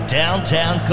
downtown